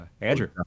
Andrew